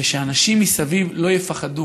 ושאנשים מסביב לא יפחדו,